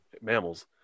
mammals